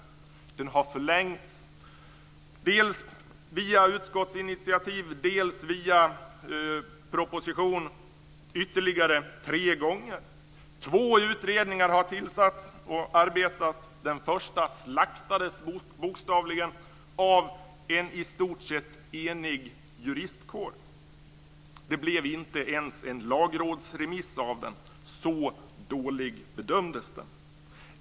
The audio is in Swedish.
Den har förlängts dels via utskottsinitiativ, dels via proposition ytterligare tre gånger. Två utredningar har tillsatts och arbetat. Den första utredningen slaktades bokstavligen av en i stort sett enig juristkår. Det blev inte ens en lagrådsremiss av den. Så dålig bedömdes den.